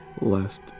lest